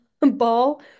ball